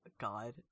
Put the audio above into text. god